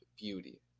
beauty